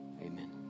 amen